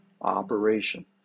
operation